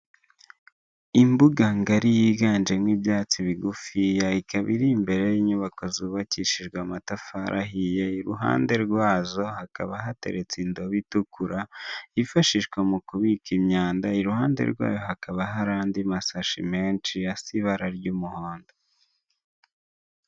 Imbuga ngari yiganje nk'ibyatsi bigufi, ikaba iri imbere y'inyubako zubakishijwe amatafarihiye, iruhande rwazo hakaba hateretse indobo itukura yifashishwa mu kubika imyanda, iruhande rwayo hakaba hari andi masashi menshi asa ibara ry'umuhondo.